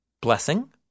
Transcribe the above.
blessing